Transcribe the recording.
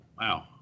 Wow